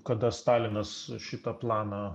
kada stalinas šitą planą